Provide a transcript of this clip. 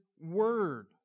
word